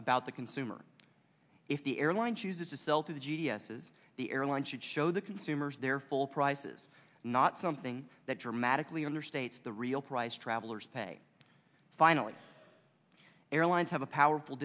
about the consumer if the airline chooses to sell to the g d s is the airline should show the consumers their full prices not something that dramatically understates the real price travelers pay finally airlines have a powerful